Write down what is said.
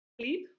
sleep